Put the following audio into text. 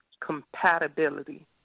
compatibility